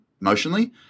emotionally